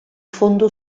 fondo